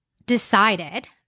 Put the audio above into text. Decided